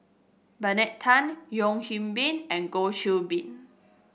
Bernard Tan Yeo Hwee Bin and Goh Qiu Bin